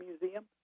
museum